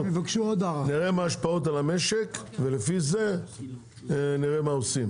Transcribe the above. נראה מה ההשפעות על המשק, ולפי זה נראה מה עושים.